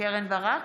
קרן ברק,